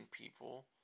people